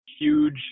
huge